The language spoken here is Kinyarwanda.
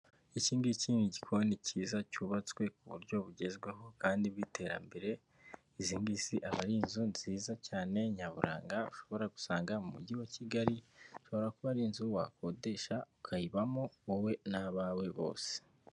Iki ngiki ni gikoni cyiza cyubatswe ku buryo bugezweho kandi bw'iterambere, izi ngizi aba ari inzu nziza cyane nyaburanga ushobora gusanga mu mujyi wa Kigali, ushobora kuba ari inzu wakodesha ukayibamo wowe n'abawe bose.